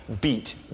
beat